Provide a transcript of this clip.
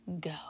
go